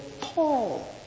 Paul